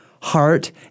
heart